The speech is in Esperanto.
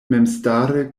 memstare